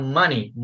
money